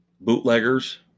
bootleggers